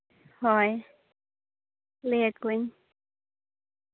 ᱦᱳᱭ ᱞᱟᱹᱭ ᱟᱠᱚᱣᱟᱹᱧ